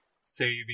saving